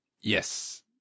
Yes